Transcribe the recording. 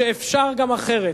שאפשר גם אחרת.